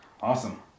Awesome